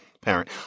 parent